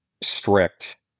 strict